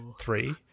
Three